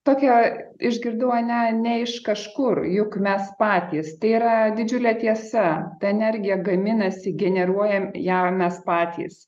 tokią išgirdau ar ne ne iš kažkur juk mes patys tai yra didžiulė tiesa ta energija gaminasi generuojam ją mes patys